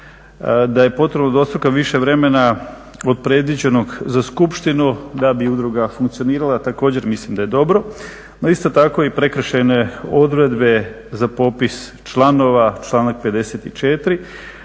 da je potrebno dvostruko više vremena od predviđenog za skupštinu da bi udruga funkcionirala, također mislim da je dobro, no isto tako i prekršajne odredbe za popis članova, članak 54.,